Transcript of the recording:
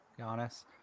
Giannis